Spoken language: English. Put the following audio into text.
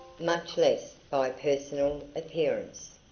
much less by personal appearance.